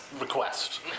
request